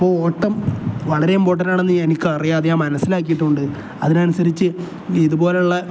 അപ്പോൾ ഓട്ടം വളരെ ഇമ്പോർട്ടൻറ്റ് ആണെന്ന് എനിക്ക് അറിയാം അത് ഞാൻ മനസ്സിലാക്കിയിട്ടുണ്ട് അതിന് അനുസരിച്ച് ഇതുപോലുള്ള